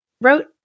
Wrote